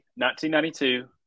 1992